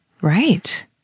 Right